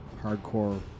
hardcore